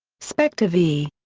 spector v.